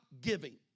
giving